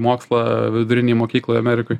mokslą vidurinėj mokykloj amerikoj